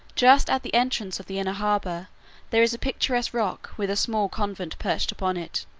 just at the entrance of the inner harbor there is a picturesque rock with a small convent perched upon it,